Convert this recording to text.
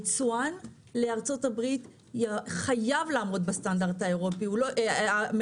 יצואן לארצות הברית חייב לעמוד בסטנדרט האמריקאי,